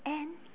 and